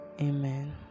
Amen